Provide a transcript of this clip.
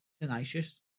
tenacious